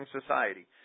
society